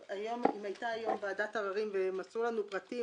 הייתה היום ועדת עררים ומסרו לנו פרטים